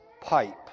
pipe